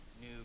new